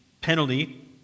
Penalty